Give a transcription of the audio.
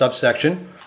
subsection